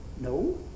no